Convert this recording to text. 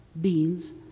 beans